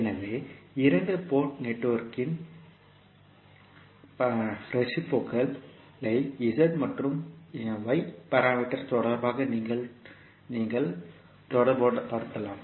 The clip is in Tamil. எனவே இரண்டு போர்ட் நெட்வொர்க்கின் பரஸ்பரத்தன்மையை z மற்றும் y பாராமீட்டர்ஸ் தொடர்பாக நீங்கள் தொடர்புபடுத்தலாம்